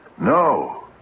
No